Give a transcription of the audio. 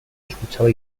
escuchaba